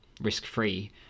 risk-free